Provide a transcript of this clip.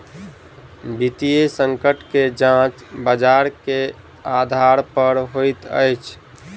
वित्तीय संकट के जांच बजार के आधार पर होइत अछि